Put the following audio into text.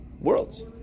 worlds